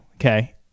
okay